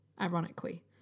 ironically